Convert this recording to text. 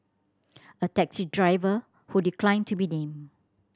a taxi driver who declined to be named